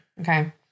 okay